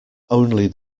only